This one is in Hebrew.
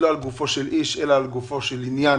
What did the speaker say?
לא לגופו של איש אלא לגופו של עניין,